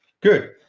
good